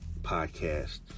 podcast